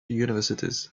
universities